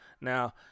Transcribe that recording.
now